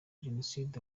jenoside